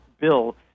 bill